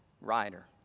rider